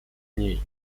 ней